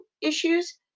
issues